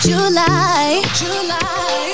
July